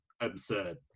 absurd